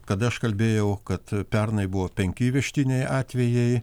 kada aš kalbėjau kad pernai buvo penki įvežtiniai atvejai